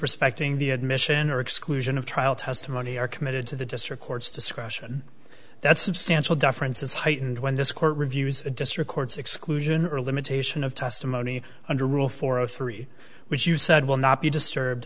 respecting the admission or exclusion of trial testimony are committed to the district court's discretion that substantial difference is heightened when this court reviews the district court's exclusion or limitation of testimony under rule four zero three which you said will not be disturbed